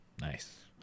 nice